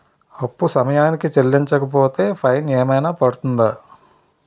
అప్పు సమయానికి చెల్లించకపోతే ఫైన్ ఏమైనా పడ్తుంద?